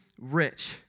rich